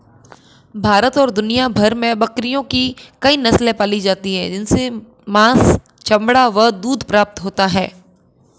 भारत और दुनिया भर में बकरियों की कई नस्ले पाली जाती हैं जिनसे मांस, चमड़ा व दूध प्राप्त होता है